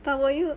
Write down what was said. but were you